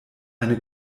eine